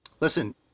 Listen